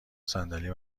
صندلی